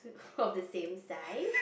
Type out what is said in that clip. of the same side